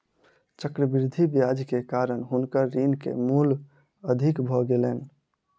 चक्रवृद्धि ब्याज के कारण हुनकर ऋण के मूल अधिक भ गेलैन